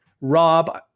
Rob